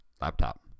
laptop